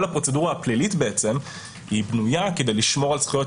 כל הפרוצדורה הפלילית בעצם בנויה כדי לשמור על זכויות